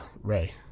Ray